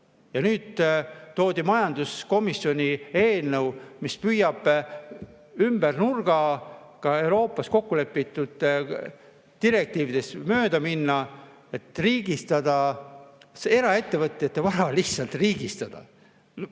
Ja nüüd toodi majanduskomisjoni eelnõu, mis püüab ümber nurga ka Euroopas kokkulepitud direktiividest mööda minna, et eraettevõtjate vara lihtsalt riigistada.